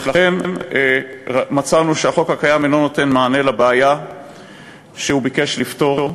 לכן מצאנו שהחוק הקיים אינו נותן מענה לבעיה שהוא ביקש לפתור.